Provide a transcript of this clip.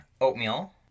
oatmeal